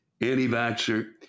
Anti-vaxxer